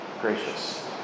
gracious